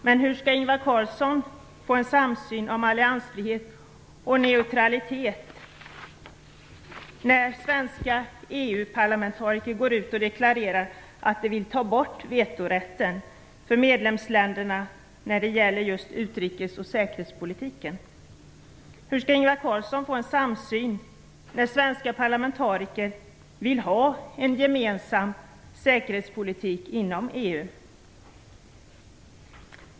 Men hur skall Ingvar Carlsson få till stånd en samsyn om alliansfrihet och neutralitet när svenska EU-parlamentariker går ut och deklarerar att de vill ta bort vetorätten för medlemsländerna när det gäller utrikes och säkerhetspolitiken? Hur skall Ingvar Carlsson uppnå en samsyn när svenska EU parlamentariker vill ha en gemensam säkerhetspolitik inom EU?